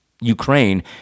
Ukraine